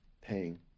paying